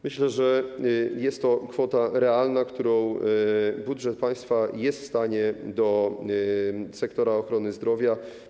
Myślę, że jest to kwota realna, którą budżet państwa jest w stanie do sektora ochrony zdrowia.